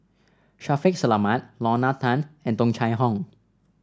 Shaffiq Selamat Lorna Tan and Tung Chye Hong